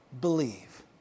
believe